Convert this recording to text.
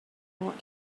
want